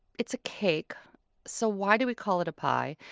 it's a cake so why do we call it a pie?